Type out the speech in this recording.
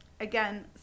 Again